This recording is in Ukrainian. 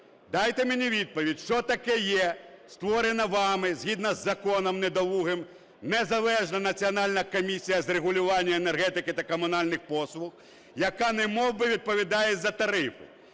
Дайте мені відповідь, що таке є створена вами згідно з законом недолугим незалежна Національна комісія з регулювання енергетики та комунальних послуг, яка немов би відповідає за тарифи?